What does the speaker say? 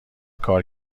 کار